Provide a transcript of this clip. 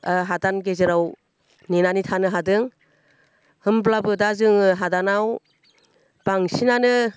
हादान गेजेराव नेनानै थानो हादों होमब्लाबो दा जोङो हादानाव बांसिनानो